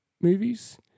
movies